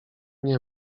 nie